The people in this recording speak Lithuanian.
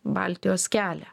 baltijos kelią